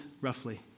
roughly